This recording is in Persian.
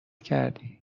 کردی